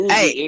Hey